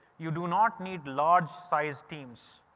you do not need large size teams.